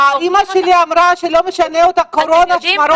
אימא שלי אמרה שלא משנה לה קורונה לא קורונה,